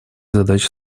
задач